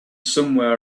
somewhere